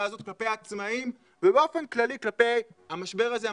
הזאת כלפי העצמאים ובאופן כללי כלפי המשבר הזה,